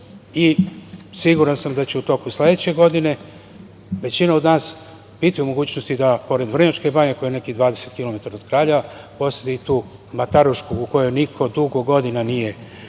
i siguran sam da će u toku sledeće godine većina od nas biti u mogućnosti da pored Vrnjačke Banje, koja je nekih 20 kilometara od Kraljeva poseti i tu Matarušku, u koju niko dugo godina nije